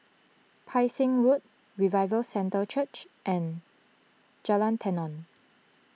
Pang Seng Road Revival Centre Church and Jalan Tenon